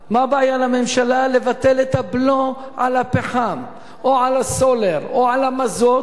מה הבעיה לממשלה לבטל את הבלו על הפחם או על הסולר או על המזוט?